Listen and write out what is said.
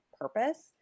purpose